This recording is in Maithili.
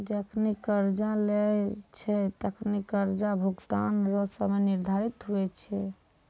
जखनि कर्जा लेय छै तखनि कर्जा भुगतान रो समय निर्धारित हुवै छै